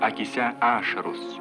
akyse ašaros